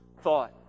thought